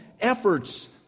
efforts